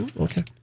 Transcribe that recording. Okay